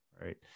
Right